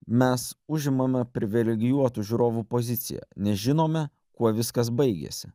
mes užimame privilegijuotų žiūrovų poziciją nes žinome kuo viskas baigėsi